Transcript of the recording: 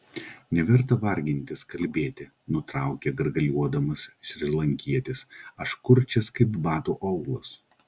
neverta vargintis kalbėti nutraukė gargaliuodamas šrilankietis aš kurčias kaip bato aulas